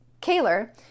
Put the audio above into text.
Kaler